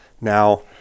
Now